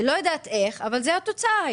לא יודעת איך אבל זאת הייתה התוצאה.